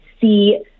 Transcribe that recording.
see